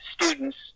students